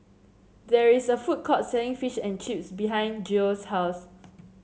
there is a food court selling Fish and Chips behind Geo's house